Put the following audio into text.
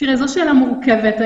זו שאלה מורכבת,